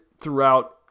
throughout